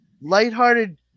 lighthearted